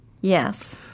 Yes